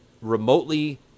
remotely